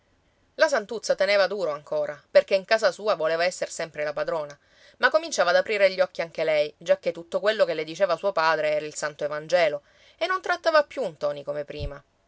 la santuzza teneva duro ancora perché in casa sua voleva esser sempre la padrona ma cominciava ad aprire gli occhi anche lei giacché tutto quello che le diceva suo padre era il santo evangelo e non trattava più ntoni come prima